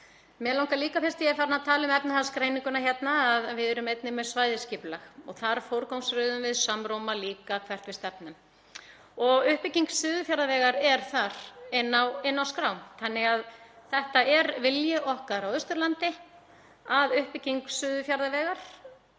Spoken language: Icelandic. Mig langar líka, fyrst ég er farin að tala um efnahagsgreininguna hérna, að ræða að við erum einnig með svæðisskipulag og þar forgangsröðum við líka, samróma, hvert við stefnum. Uppbygging Suðurfjarðavegar er þar inni á skrám þannig að það er vilji okkar á Austurlandi að uppbygging Suðurfjarðavegar